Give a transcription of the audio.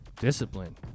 Discipline